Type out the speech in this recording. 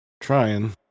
trying